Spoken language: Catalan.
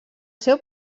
seu